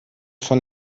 von